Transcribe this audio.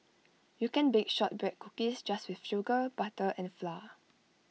you can bake Shortbread Cookies just with sugar butter and flour